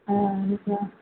ஆ அதுக்கு தான்